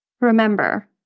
Remember